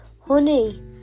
honey